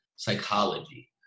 psychology